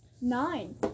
Nine